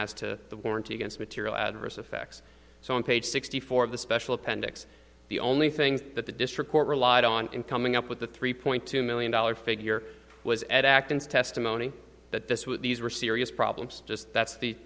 as to the warranty against material adverse effects so on page sixty four of the special appendix the only things that the district court relied on in coming up with the three point two million dollars figure was at acton's testimony that this with these were serious problems just that's the